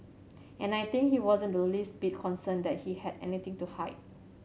and I think he wasn't the least bit concerned that he had anything to hide